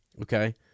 Okay